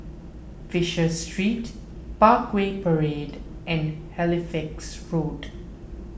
Fisher Street Parkway Parade and Halifax Road